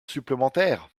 supplémentaires